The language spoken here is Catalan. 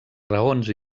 raons